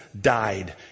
died